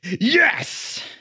Yes